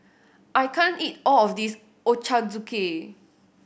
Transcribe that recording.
I can't eat all of this Ochazuke